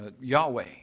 Yahweh